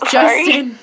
Justin